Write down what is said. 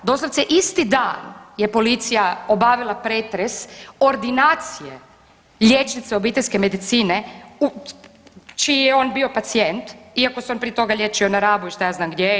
Doslovce isti dan je policija obavila pretres ordinacije liječnice obiteljske medicine čiji je on bio pacijent, iako se on prije toga liječio na Rabu i šta ja znam gdje.